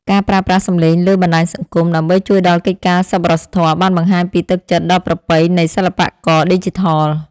ការប្រើប្រាស់សំឡេងលើបណ្តាញសង្គម ដើម្បីជួយដល់កិច្ចការសប្បុរសធម៌បានបង្ហាញពីទឹកចិត្តដ៏ប្រពៃនៃសិល្បករឌីជីថល។